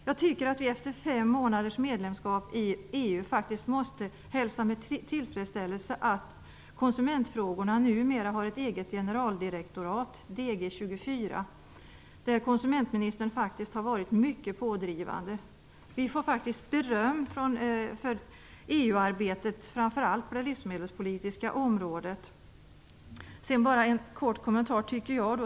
Jag tycker att vi efter fem månaders medlemskap i EU faktiskt måste hälsa med tillfredsställelse att konsumtionsfrågorna numera har ett eget generaldirektorat, DG 24, där konsumentministern faktiskt har varit mycket pådrivande. Vi får beröm för EU-arbetet, framför allt på det livsmedelspolitiska området.